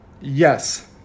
Yes